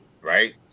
Right